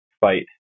fight